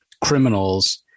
criminals